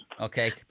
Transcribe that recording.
Okay